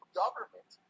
government